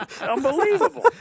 Unbelievable